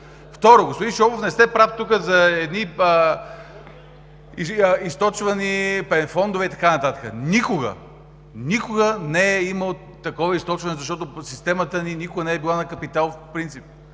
Второ. Господин Шопов, не сте прав тук за едни източвани фондове и така нататък. Никога, никога не е имало такова източване, защото системата ни никога не е била на капиталов принцип,